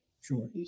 Sure